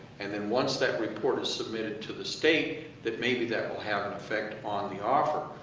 and then once that report is submitted to the state, that maybe that will have an effect on the offer.